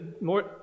more